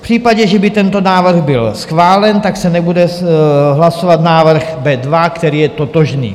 V případě, že by tento návrh byl schválen, tak se nebude hlasovat návrh B2, který je totožný.